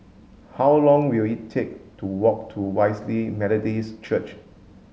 how long will it take to walk to Wesley Methodist Church